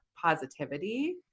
positivity